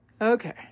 Okay